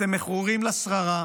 אתם מכורים לשררה,